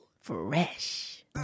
Fresh